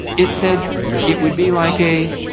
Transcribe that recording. it said it would be like a.